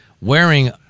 wearing